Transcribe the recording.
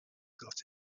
got